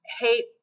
hate